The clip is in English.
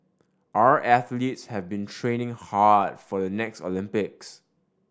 our athletes have been training hard for the next Olympics